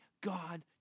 God